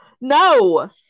No